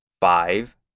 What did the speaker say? five